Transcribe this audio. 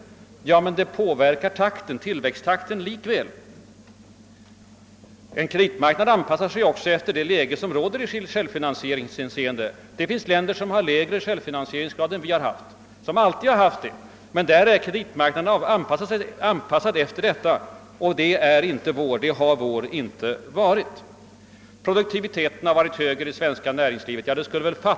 Men god självfinansiering ökar tillväxttakten. Kreditmarknaden anpassar sig också efter det läge som råder i självfinansieringshänseende. Det finns länder som har lägre självfinansiering än vi och som alltid har haft det. Där har emellertid kreditmarknaden sedan länge anpassat sig därefter. Det har den inte gjort i vårt land. Produktiviteten har varit högre i det svenska näringslivet än utomlands, sä ger finansministern.